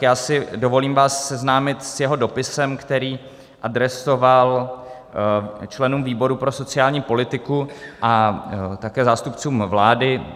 Já si dovolím vás seznámit s jeho dopisem, který adresoval členům výboru pro sociální politiku a také zástupcům vlády.